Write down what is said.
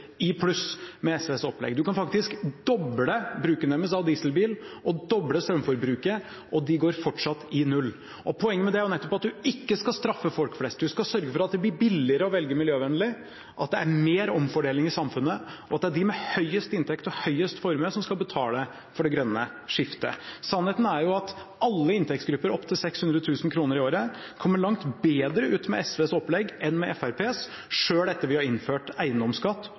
i pluss. Man kan faktisk doble bruken deres av dieselbil og doble strømforbruket, og de går fortsatt i null. Poenget med det er nettopp at man ikke skal straffe folk flest. Man skal sørge for at det blir billigere å velge miljøvennlig, at det er mer omfordeling i samfunnet, og at det er de med høyest inntekt og høyest formue som skal betale for det grønne skiftet. Sannheten er at alle inntektsgrupper opp til 600 000 kr i året kommer langt bedre ut med SVs opplegg enn med Fremskrittspartiets, selv etter at vi har innført eiendomsskatt